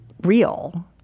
real